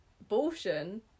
abortion